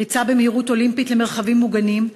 ריצה במהירות אולימפית למרחבים מוגנים,